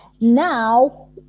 Now